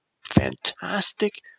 fantastic